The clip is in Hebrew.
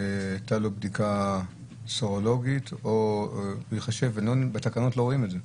הייתה לו בדיקה סרולוגית או ייחשב בתקנות לא רואים את זה,